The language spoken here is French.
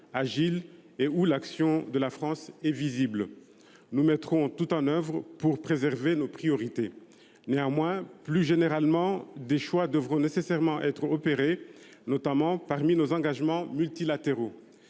visible l’action de la France. Nous mettrons tout en œuvre pour défendre nos priorités. Néanmoins, plus généralement, des choix devront nécessairement être opérés, notamment parmi nos engagements multilatéraux.